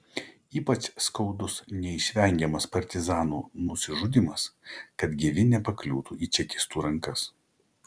ypač skaudus neišvengiamas partizanų nusižudymas kad gyvi nepakliūtų į čekistų rankas